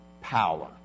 power